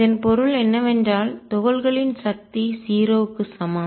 இதன் பொருள் என்னவென்றால் துகள்களின் சக்தி 0 க்கு சமம்